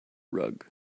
rug